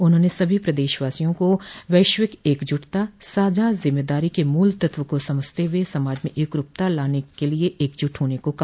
उन्होंने सभी प्रदेशवासियों को वैश्विक एकजुटता साझा जिम्मेदारी के मूल तत्व को समझते हुए समाज में एकरूपता लाने के लिये एकजुट होने को कहा